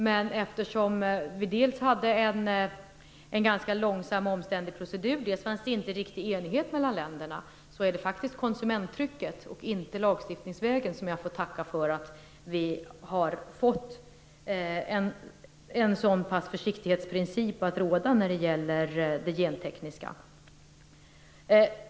Men eftersom det dels var en långsam och omständlig procedur, dels inte fanns riktig enighet mellan länderna, är det konsumenttrycket, inte lagstiftningen, som jag får tacka för att vi har fått en försiktighetsprincip att råda när det gäller det gentekniska.